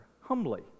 humbly